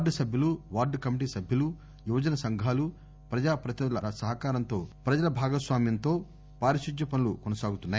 ward సభ్యులు ward committee సభ్యులు యువజన సంఘాలు ప్రజాప్రతినిధుల సహకారంతో ప్రజల భాగస్వామ్యంతో పారుశుద్వం పనులు కొనసాగుతున్నాయి